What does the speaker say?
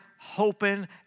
hoping